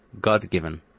God-given